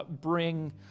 bring